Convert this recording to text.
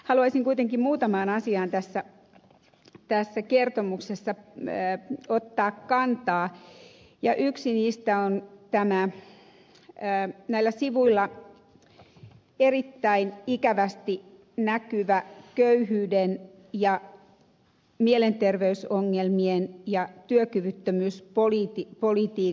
haluaisin kuitenkin muutamaan asiaan tässä kertomuksessa ottaa kantaa ja yksi niistä on näillä sivuilla erittäin ikävästi näkyvät köyhyyden ja mielenterveysongelmien ja työkyvyttömyys poliitikko oli ii